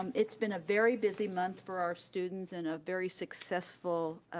um it's been a very busy month for our students and a very successful